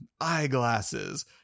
Eyeglasses